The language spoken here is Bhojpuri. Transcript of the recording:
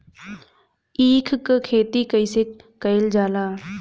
ईख क खेती कइसे कइल जाला?